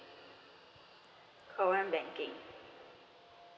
call one banking